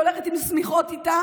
והיא הולכת עם שמיכות איתה